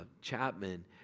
Chapman